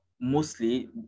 Mostly